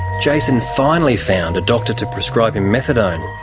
jason finally found a doctor to prescribe him methadone.